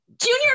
junior